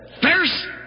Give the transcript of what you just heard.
first